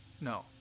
No